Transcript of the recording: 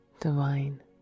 divine